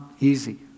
easy